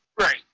Right